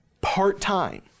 part-time